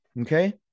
Okay